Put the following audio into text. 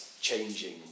changing